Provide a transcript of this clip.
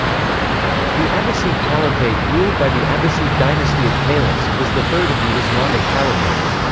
the abbasid caliphate, ruled by the abbasid dynasty of caliphs, was the third of the islamic caliphates.